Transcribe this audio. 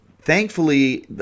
thankfully